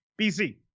BC